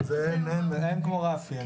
אין כמו רפי,